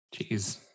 Jeez